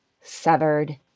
severed